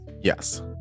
Yes